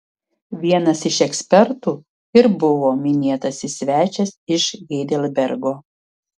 vienas iš ekspertų ir buvo minėtasis svečias iš heidelbergo